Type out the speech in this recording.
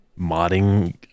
modding